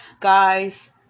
guys